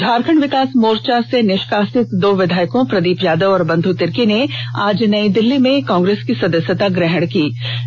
झारखंड विकास मोर्चा से निष्कासित दो विधायकों प्रदीप यादव और बंधु तिर्की ने आज नई दिल्ली में कांग्रेस की सदस्यता ग्रहण कर ली